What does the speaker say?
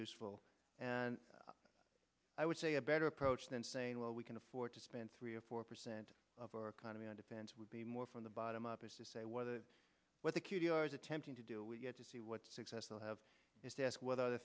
useful and i would say a better approach than saying well we can afford to spend three or four percent of our economy on defense would be more from the bottom up is to say whether what the q t r is attempting to do we get to see what successful have is to ask what